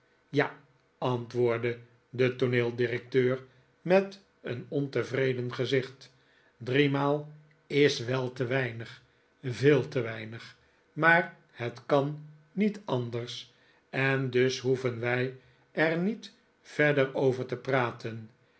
ja antwoordde de tooneeldirecteur met een ontevreden gezicht driemaal is wel te weinig veel te weinig maar het kan niet anders en dus hoeven wij er niet verder over te praten